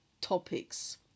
topics